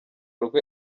rwe